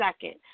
second